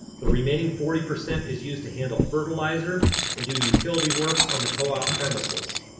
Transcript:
the remaining forty percent is used to handle fertilizer and do utility work on the co-op premises.